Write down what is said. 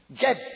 get